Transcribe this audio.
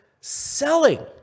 selling